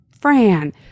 fran